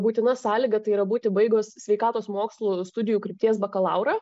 būtina sąlyga tai yra būti baigus sveikatos mokslų studijų krypties bakalaurą